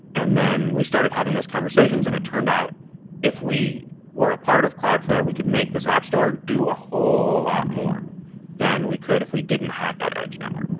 and then we started having those conversations and it turned out if we were a part of cloudflare we could make this app store do a whole lot more than we could if we didn't have that edge network,